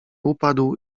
upadł